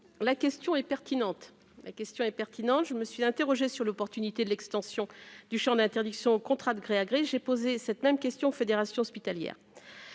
la question est pertinente, je me suis interrogé sur l'opportunité de l'extension du Champ d'interdiction, contrat de gré à gré, j'ai posé cette même question fédération hospitalière,